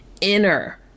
inner